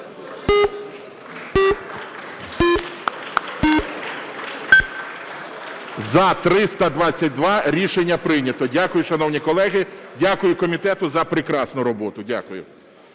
За-322 Рішення прийнято. Дякую, шановні колеги, дякую комітету за прекрасну роботу. Дякую.